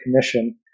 commission